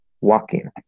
walking